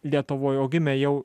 lietuvoj o gimę jau